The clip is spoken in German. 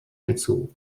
hinzu